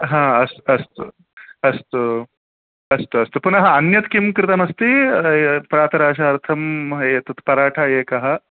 ह अस्तु अस्तु अस्तु अस्तु अस्तु पुनः अन्यत् किं कृतमस्ति प्रातराशार्थम् एतत् पराठा एकः